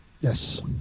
Yes